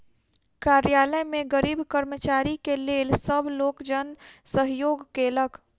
कार्यालय में गरीब कर्मचारी के लेल सब लोकजन सहयोग केलक